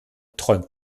träumt